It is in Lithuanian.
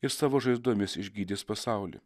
iš savo žaizdomis išgydys pasaulį